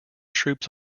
troops